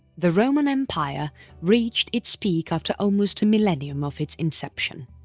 the roman empire reached its peak after almost a millennium of its inception.